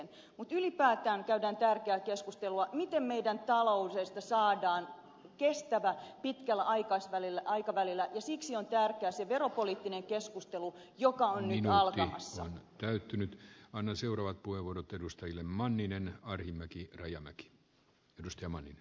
mutta ylipäätään käydään tärkeää keskustelua miten meillä taloudesta saadaan kestävä pitkällä aikavälillä ja siksi on tärkeää se veropoliittinen keskustelu joka oli niin algeriassa käyty nyt on seuraava kuivunut edustajille manninen arhinmäki nyt alkamassa